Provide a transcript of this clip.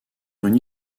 une